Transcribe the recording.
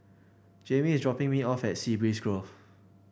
Jamie is dropping me off at Sea Breeze Grove